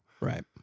right